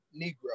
Negro